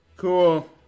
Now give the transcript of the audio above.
Cool